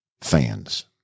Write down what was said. fans